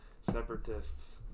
separatists